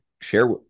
share